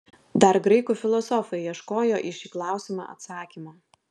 dar graikų filosofai ieškojo į šį klausimą atsakymo